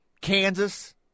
Kansas